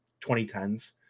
2010s